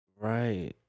Right